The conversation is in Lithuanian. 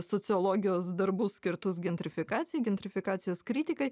sociologijos darbus skirtus gentrifikacijai gentrifikacijos kritikai